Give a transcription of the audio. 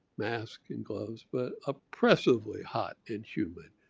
mask and gloves, but oppressively hot and humid,